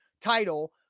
title